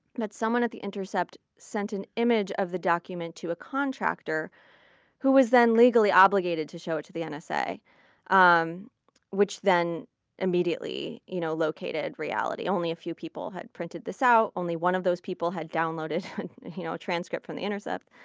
that someone at the intercept sent an image of the document to a contractor who was then legally obligated to show it to the and nsa, um which then immediately you know located reality. only a few people had printed this out. only one of those people had downloaded a you know transcript from the intercept.